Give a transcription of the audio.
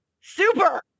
Super